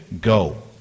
go